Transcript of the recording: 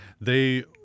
they-